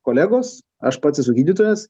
kolegos aš pats esu gydytojas